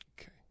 Okay